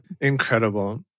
Incredible